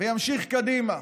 וימשיך קדימה,